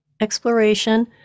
exploration